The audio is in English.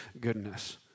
goodness